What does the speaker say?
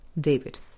David